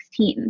2016